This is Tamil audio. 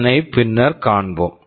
இதனை பின்னர் காண்போம்